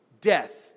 Death